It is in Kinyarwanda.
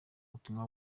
butumwa